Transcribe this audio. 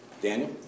Daniel